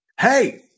Hey